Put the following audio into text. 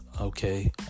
okay